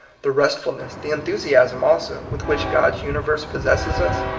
the restf ulness, the enthusiasm also, with which god's universe possesses us,